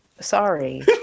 sorry